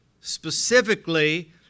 specifically